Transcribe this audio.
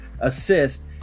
assist